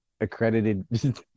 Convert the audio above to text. accredited